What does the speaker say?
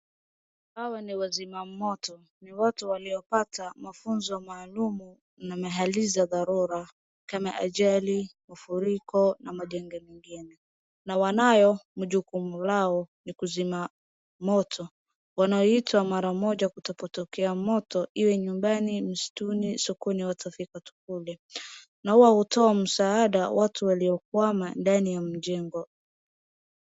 Hawa ni wazima moto. Ni watu waliopata mafunzo maalumu na mahalizi ya dharura kama ajali, ufuriko au majanga mengine. Na wanayo majukumu lao ni kuzima moto. Wanaoitwa mara moja kutopotokea moto iwe nyumbani, mistuni, sokoni watafika tu kule. Na wao hutoa msaada watu waliokuwama ndani ya mjengo.